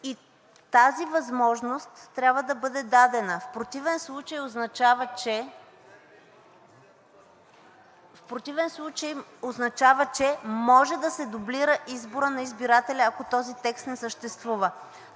И тази възможност трябва да бъде дадена. В противен случай означава, че може да се дублира изборът на избирателя – ако този текст не съществува.